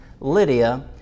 Lydia